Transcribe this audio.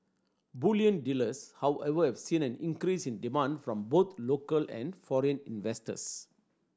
bullion dealers however have seen an increase in demand from both local and foreign investors